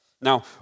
Now